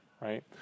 right